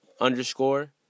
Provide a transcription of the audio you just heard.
underscore